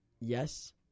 Yes